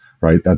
right